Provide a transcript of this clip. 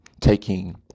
taking